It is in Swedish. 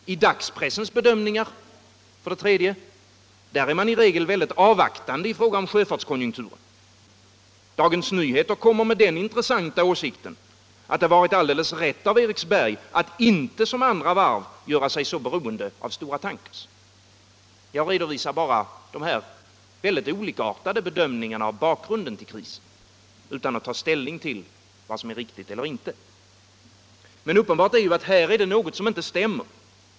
I dagspressens bedömningar, för det tredje, är man i regel avvaktande i fråga om sjöfartskonjunkturen. Dagens Nyheter kommer med den intressanta åsikten att det varit alldeles rätt av Eriksberg att inte som andra varv göra sig så beroende av stora tankers. Jag redovisar bara de här mycket olikartade bedömningarna av bakgrunden till krisen utan att ta ställning till vad som är riktigt eller inte. Men uppenbart är att här är det något som inte stämmer.